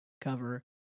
cover